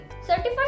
Certified